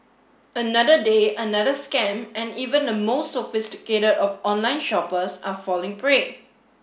another day another scam and even the most sophisticated of online shoppers are falling prey